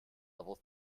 level